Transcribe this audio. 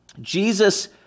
Jesus